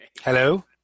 Hello